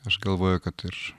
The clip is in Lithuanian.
aš galvoju kad ir